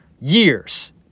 Years